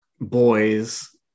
boys